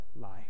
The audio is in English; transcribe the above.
life